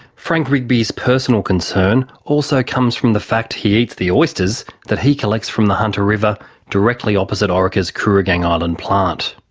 frank rigby's personal concern also comes from the fact he eats the oysters that he collects from the hunter river directly opposite orica's kooragang island plant.